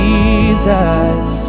Jesus